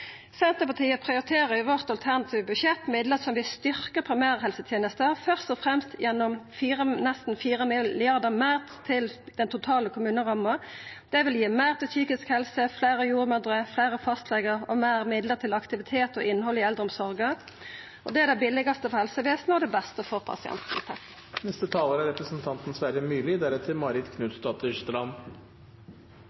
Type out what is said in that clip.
Senterpartiet prioriterer i sitt alternative budsjett midlar som vil styrkja primærhelsetenesta, først og fremst gjennom nesten 4 mrd. kr meir til den totale kommuneramma. Det vil gi meir til psykisk helse, fleire jordmødrer, fleire fastlegar og meir midlar til aktivitet og innhald i eldreomsorga, og det er det billegaste for helsevesenet og det beste for pasientane. Når vi i transportkomiteen er